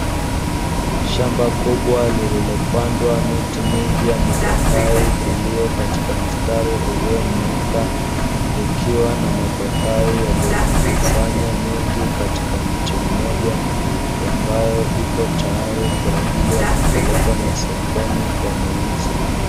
Shamba kubwa lililpandwa miti mingi ya mipapai iliyo katika mstari uliyonyooka. Ikiwa na mapapai yaliyojikusanya mengi katika mti mmoja, ambayo ipo tayari kwaajili ya kupelekwa masokoni kwa mauzo.